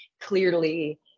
clearly